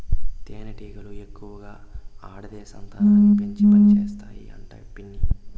తేనెటీగలు ఎక్కువగా ఆడదే సంతానాన్ని పెంచి పనిచేస్తాయి అంట పిన్ని